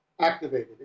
activated